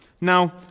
Now